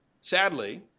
sadly